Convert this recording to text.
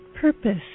purpose